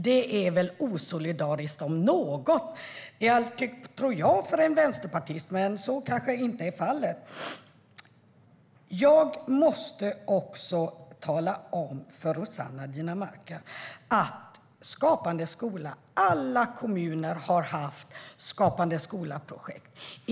Det om något tror jag väl är osolidariskt för en vänsterpartist, men så kanske inte är fallet. Jag måste också tala om för Rossana Dinamarca att alla kommuner har haft Skapande skola-projekt.